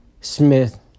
Smith